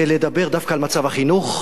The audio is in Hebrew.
ולדבר דווקא על מצב החינוך,